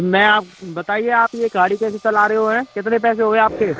मैं आ बताइए आप ये गाड़ी कैसे चला रहे हो हैं कितने पैसे हो गए आपके